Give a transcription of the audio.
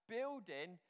Building